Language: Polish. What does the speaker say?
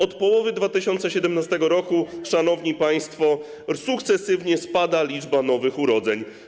Od połowy 2017 r., szanowni państwo, sukcesywnie spada liczba nowych urodzeń.